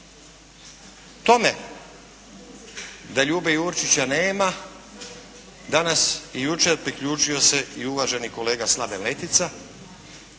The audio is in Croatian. Tome da Ljube Jurčića nema danas i jučer, priključio se i uvaženi kolega Slaven Letica